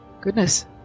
goodness